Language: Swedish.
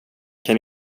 kan